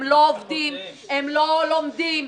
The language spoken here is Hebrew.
הם לא עובדים, הם לא לומדים.